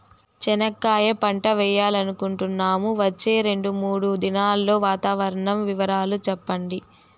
చెనక్కాయ పంట వేయాలనుకుంటున్నాము, వచ్చే రెండు, మూడు దినాల్లో వాతావరణం వివరాలు చెప్పండి?